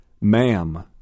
Ma'am